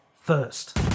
first